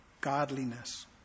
godliness